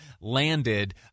landed